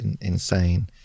insane